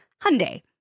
Hyundai